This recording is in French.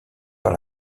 par